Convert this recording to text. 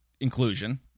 inclusion